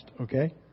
okay